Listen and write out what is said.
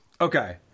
Okay